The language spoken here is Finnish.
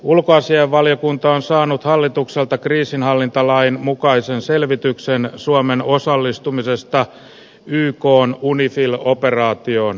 ulkoasiainvaliokunta on saanut hallitukselta kriisinhallintalain mukaisen selvityksen suomen osallistumisesta ykn unifil operaatioon